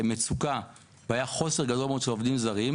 מצוקה והיה חוסר גדול מאוד של עובדים זרים.